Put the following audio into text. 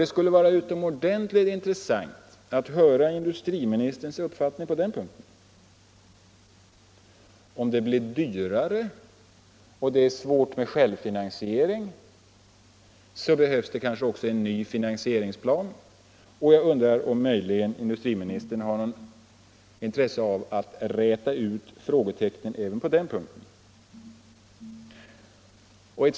Det skulle vara utomordentligt intressant att höra industriministerns uppfattning på den punkten. Om det blir dyrare, och det är svårt med självfinansiering, behövs kanske också en ny finansieringsplan. Jag undrar om industriministern möjligen har intresse av att räta ut frågetecknen även på den här punkten.